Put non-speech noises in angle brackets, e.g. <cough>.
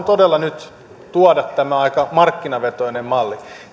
<unintelligible> todella nyt tuoda tämä aika markkinavetoinen malli